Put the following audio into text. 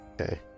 Okay